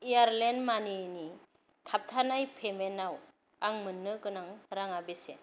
Airtel मानिनि थाबथानाय पेमेन्टाव आं मोननो गोनां राङा बेसे